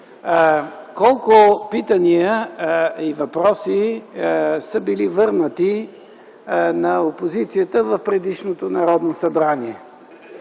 колко питания и въпроси са били върнати на опозицията в предишното Народно събрание.